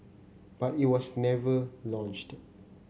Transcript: but it was never launched